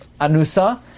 Anusa